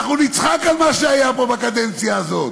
אנחנו נצחק על מה שהיה פה בקדנציה הזאת.